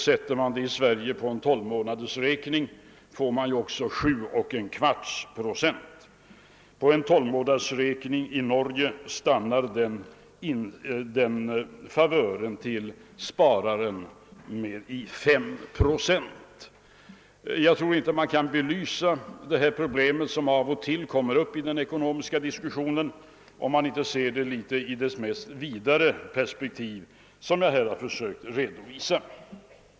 Sätter man in pengar på en tolvmånadersräkning i Sverige, får man 7,25 procents ränta, men favören för den som sparar på en tolvmånadersräkning i Norge stannar vid 5 procent. Jag tror inte att man kan belysa det här problemet, som av och till kommer upp i den ekonomiska diskussionen, om man inte ser det i ett sådant vidare perspektiv som jag här försökt teckna.